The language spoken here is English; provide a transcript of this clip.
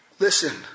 Listen